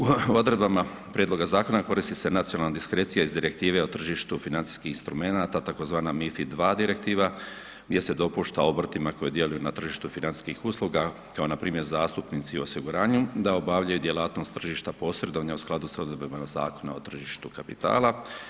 U odredbama prijedloga zakona koristi se nacionalna diskrecija iz Direktive o tržištu financijskih instrumenata tzv. MF2 direktiva gdje se dopušta obrtima koji djeluju na tržištu financijskih usluga kao npr. zastupnici osiguranja da obavljaju djelatnost tržišta posredovanja u skladu sa odredbama Zakona o tržištu kapitala.